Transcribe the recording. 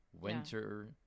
winter